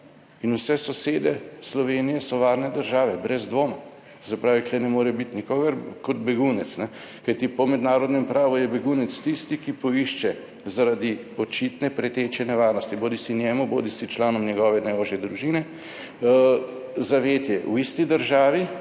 in vse sosede Slovenije so varne države, brez dvoma. Se pravi, tukaj ne more biti nikogar kot begunec kajti po mednarodnem pravu je begunec tisti, ki poišče zaradi očitne preteče nevarnosti, bodisi njemu, bodisi članom njegove najožje družine zavetje v isti državi,